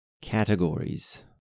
categories